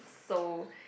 so